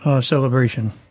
Celebration